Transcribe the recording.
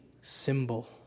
symbol